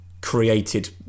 created